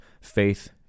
Faith